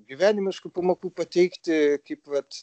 gyvenimiškų pamokų pateikti kaip vat